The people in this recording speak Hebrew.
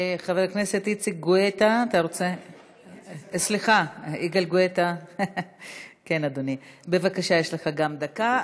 חבר הכנסת יגאל גואטה, בבקשה, יש לך גם דקה.